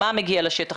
מה מגיע לשטח,